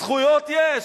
זכויות יש.